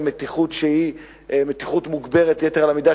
מתיחות שהיא מתיחות מוגברת יתר על המידה,